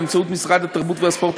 באמצעות משרד התרבות והספורט,